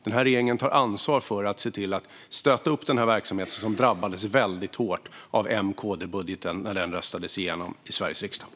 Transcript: Den här regeringen tar ansvar för att se till att stötta upp den här verksamheten, som drabbades väldigt hårt av M-KD-budgeten när den röstades igenom i Sveriges riksdag.